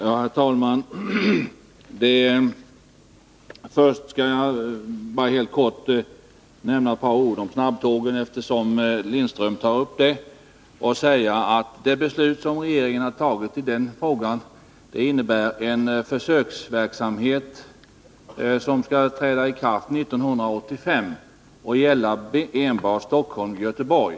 Herr talman! Först skall jag bara helt kort säga ett par ord om snabbtågen, eftersom Ralf Lindström nämner dem. Det beslut som regeringen har fattat i den frågan avser en försöksverksamhet, som skall påbörjas 1985 och gälla enbart sträckan Stockholm-Göteborg.